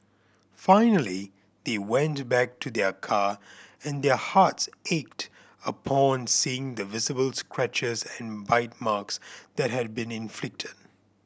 finally they went back to their car and their hearts ached upon seeing the visible scratches and bite marks that had been inflicted